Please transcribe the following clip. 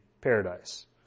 paradise